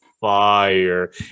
fire